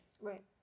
Right